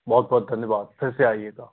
बहुत बहुत धन्यवाद फिर से आइएगा